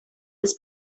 des